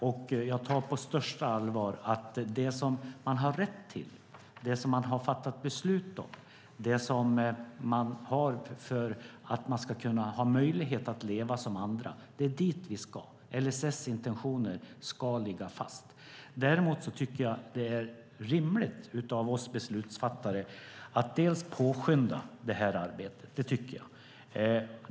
Jag tar detta på största allvar. Det handlar om det som man har rätt till, det som det har fattats beslut om och det som man har för att man ska ha möjlighet att leva som andra. Det är dit vi ska. LSS intentioner ska ligga fast. Däremot tycker jag att det är rimligt av oss beslutsfattare att påskynda det här arbetet. Det tycker jag.